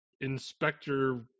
inspector